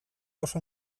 oso